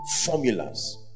formulas